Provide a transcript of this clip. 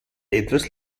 etwas